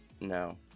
no